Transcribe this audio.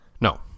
No